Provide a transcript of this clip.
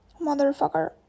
motherfucker